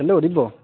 hello Dibya